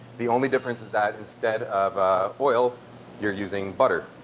the only difference is that instead of oil you're using butter,